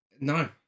No